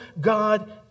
God